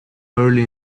early